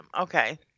Okay